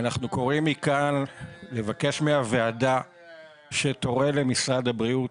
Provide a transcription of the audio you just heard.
אנחנו קוראים מכאן לבקש מהוועדה שתורה למשרד הבריאות